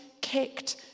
kicked